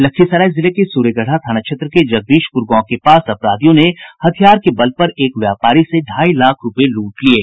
लखीसराय जिले में सूर्यगढ़ा थाना क्षेत्र के जगदीशपुर गांव के पास अपराधियों ने हथियार के बल पर एक व्यापारी से ढाई लाख रुपये लूट लिये